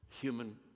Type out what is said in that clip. human